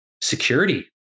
security